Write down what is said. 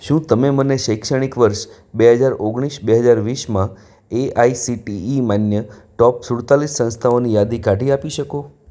શું તમે મને શૈક્ષણિક વર્ષ બે હજાર ઓગણસી બે હજાર વીસમાં એઆઈસીટીઈ માન્ય ટોપ સૂડતાલીસ સંસ્થાઓની યાદી કાઢી આપી શકો